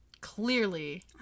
Clearly